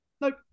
Nope